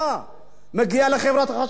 מגיע לחברת החשמל, זה נכון.